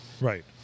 right